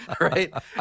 right